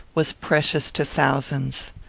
was precious to thousands.